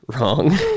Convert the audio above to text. Wrong